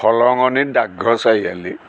কলঙনিত ডাকঘৰ চাৰিআলি